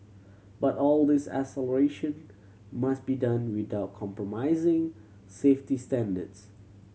but all this acceleration must be done without compromising safety standards